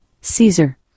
caesar